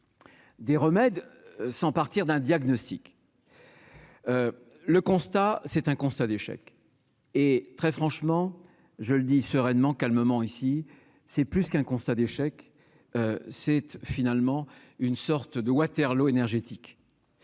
des remèdes sans partir d'un diagnostic, le constat c'est un constat d'échec et très franchement, je le dis sereinement, calmement, ici, c'est plus qu'un constat d'échec, c'est finalement une sorte de Waterloo énergétique,